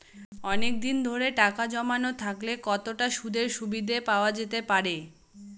অনেকদিন ধরে টাকা জমানো থাকলে কতটা সুদের সুবিধে পাওয়া যেতে পারে?